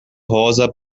rosa